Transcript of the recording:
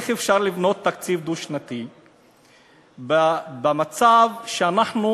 איך אפשר לבנות תקציב דו-שנתי במצב שאנחנו